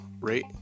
rate